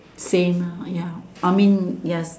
same lah ya I mean yes